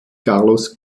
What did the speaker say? carlos